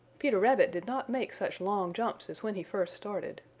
peter rabbit did not make such long jumps as when he first started.